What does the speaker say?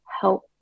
help